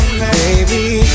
baby